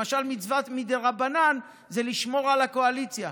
למשל, מצווה מדרבנן זה לשמור על הקואליציה,